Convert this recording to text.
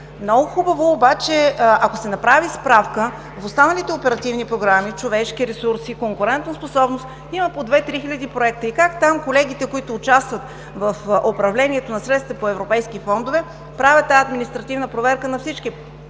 Много хубаво, обаче ако се направи справка с останалите оперативни програми – „Човешки ресурси“, „Конкурентоспособност“, имат по две-три хиляди проекта и как там колегите, които участват в управлението на средствата по европейски фондове, правят тази административна проверка на всички